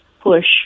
push